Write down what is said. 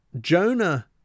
Jonah